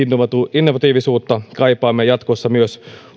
innovatiivisuutta kaipaamme jatkossa myös